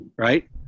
Right